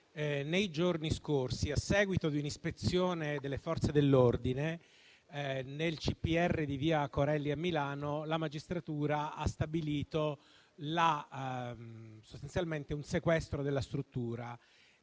nei giorni scorsi, a seguito di un'ispezione delle Forze dell'ordine nel CPR di via Corelli a Milano, la magistratura ha stabilito sostanzialmente un sequestro della struttura.